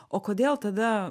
o kodėl tada